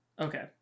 Okay